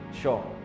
Sure